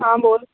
ਹਾਂ ਬੋਲ